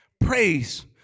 Praise